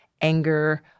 anger